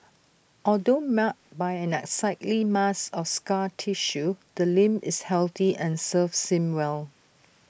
although marred by an unsightly mass of scar tissue the limb is healthy and serves him well